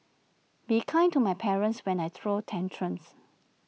be kind to my parents when I throw tantrums